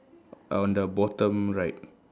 on the bottom right